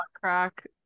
crack